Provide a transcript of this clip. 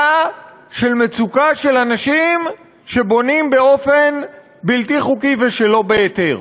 למצוקה של אנשים שבונים באופן בלתי חוקי ושלא בהיתר.